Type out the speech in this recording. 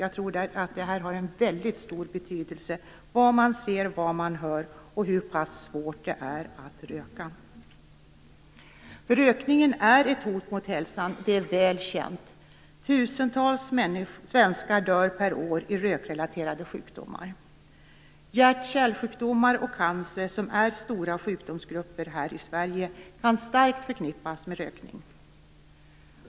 Jag tror att det man ser och hör, och hur svårt det är att röka, har en väldigt stor betydelse. Rökningen är ett hot mot hälsan. Det är väl känt. Tusentals svenskar dör varje år i rökrelaterade sjukdomar. Hjärt och kärlsjukdomar och cancer, som är stora sjukdomsgrupper här i Sverige, kan starkt förknippas med rökning.